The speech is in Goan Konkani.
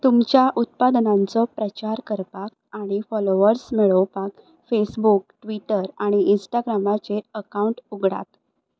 तुमच्या उत्पादनांचो प्रचार करपाक आनी फॉलोवर्स मेळोवपाक फेसबूक ट्विटर आनी इस्टग्रामाचेर अकावंट उगडात